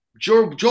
Joe